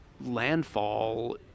landfall